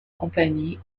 compagnie